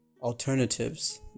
alternatives